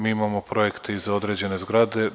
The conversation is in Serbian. Mi imamo projekte i za odrađene zgrade.